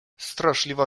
straszliwa